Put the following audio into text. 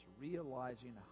realizing